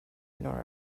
nor